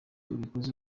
ubikoze